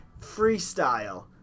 freestyle